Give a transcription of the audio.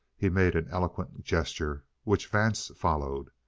he made an eloquent gesture which vance followed.